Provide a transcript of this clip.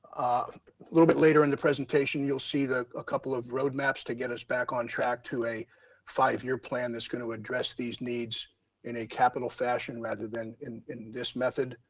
a little bit later in the presentation, you'll see a couple of roadmaps to get us back on track to a five year plan, that's gonna address these needs in a capital fashion rather than in in this method.